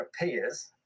appears